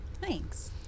Thanks